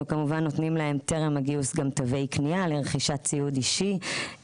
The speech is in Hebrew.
אנחנו כמובן נותנים להם טרם הגיוס גם תווי קנייה לרכישת ציוד אישי,